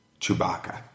Chewbacca